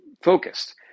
focused